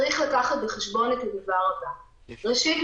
צריך לקחת בחשבון את הדבר הבא: ראשית,